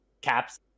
Caps